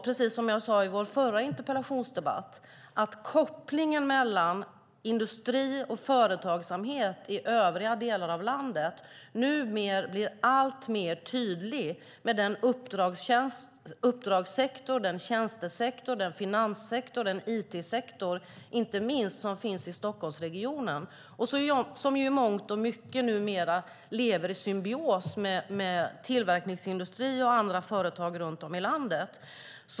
Precis som jag sade i vår förra interpellationsdebatt blir kopplingen mellan industri och företagsamhet i övriga delar av landet nu alltmer tydlig, med den uppdragssektor, den tjänstesektor, den finanssektor och inte minst den it-sektor som finns i Stockholmsregionen och som i mångt och mycket numera lever i symbios med tillverkningsindustri och andra företag runt om i landet.